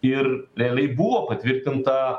ir realiai buvo patvirtinta